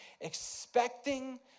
expecting